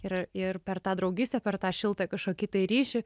ir ir per tą draugystę per tą šiltą kažkokį tai ryšį